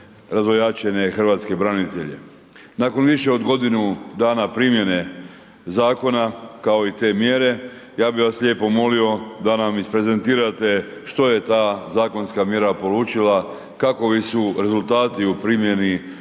razvojačene hrvatske branitelje. Nakon više od godinu dana primjene zakona kao i te mjere ja bih vas lijepo molio da nam isprezentirate što je ta zakonska mjera polučila, kakvi su rezultati u primjeni te zakonske mjere